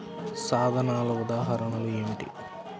సాధనాల ఉదాహరణలు ఏమిటీ?